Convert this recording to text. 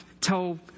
tell